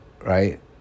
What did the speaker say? Right